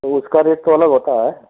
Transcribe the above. तो उसका रेट तो अलग होता है